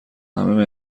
همه